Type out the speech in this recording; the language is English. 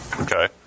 Okay